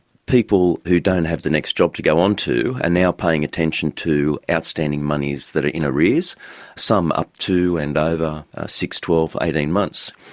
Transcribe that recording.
people who don't have the next job to go on to are ah now paying attention to outstanding moneys that are in arrears, some up to and over six, twelve, eighteen months.